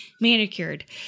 manicured